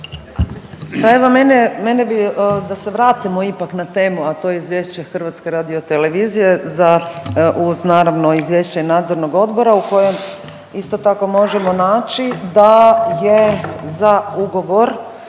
mene, mene bi da se vratimo ipak na temu, a to je izvješće HRT-a za uz naravno izvješće Nadzornog odbora u kojem isto tako možemo naći da je za ugovor